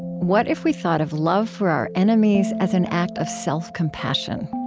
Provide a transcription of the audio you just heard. what if we thought of love for our enemies as an act of self-compassion?